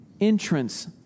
entrance